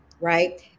Right